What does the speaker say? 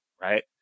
right